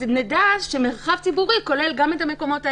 נדע שמרחב ציבורי כולל גם את המקומות האלה.